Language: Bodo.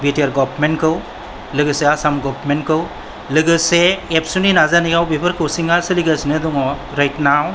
बि टि आर गवार्नमेन्टखौ लोगोसे आसाम गवार्नमेन्टखौ लोगोसे एबसुनि नाजानायाव बेफोर कचिङा सोलिगासिनो दङ राइट नाव